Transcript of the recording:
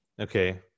okay